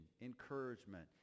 encouragement